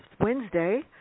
Wednesday